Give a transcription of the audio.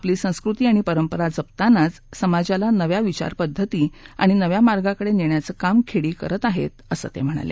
आपली संस्कृती आणि परंपरा जपतानाच समाजाला नव्या विचारपद्धती आणि नव्या मार्गाकडे नेण्याचे काम खेडी करत आहेत असं मोदी म्हणाले